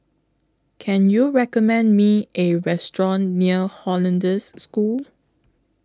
Can YOU recommend Me A Restaurant near Hollandse School